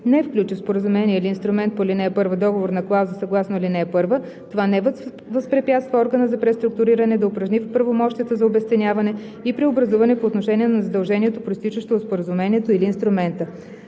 не включи в споразумение или инструмент по ал. 1 договорна клауза съгласно ал. 1, това не възпрепятства органа за преструктуриране да упражни правомощията за обезценяване и преобразуване по отношение на задължението, произтичащо от споразумението или инструмента.